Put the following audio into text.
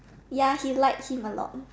ya he like him a lot